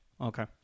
Okay